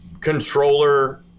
controller